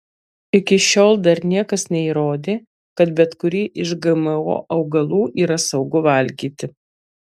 iki šiol dar niekas neįrodė kad bet kurį iš gmo augalų yra saugu valgyti